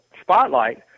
spotlight